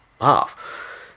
half